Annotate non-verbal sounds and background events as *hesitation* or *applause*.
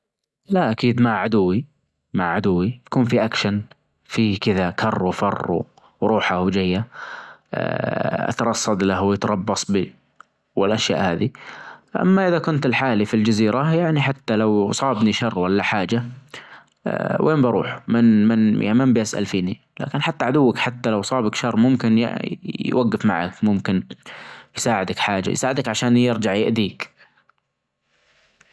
لا اكيد مع عدوي مع عدوي بكون في اكشن في كذا كر وفر وروحه وجاية اترصد له ويتربص بي والاشياء هذي اما اذا كنت لحالي في الجزيرة يعني حتى لو صابني شر ولا حاجة *hesitation* وين بروح? من من يا من بيسأل فيني لكن حتى عدوك حتى لو صابك شر ممكن يوقف معك ممكن. يساعدك حاجة يساعدك عشان يرجع يأذيك.